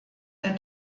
der